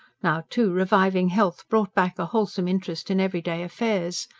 now, too, reviving health brought back a wholesome interest in everyday affairs.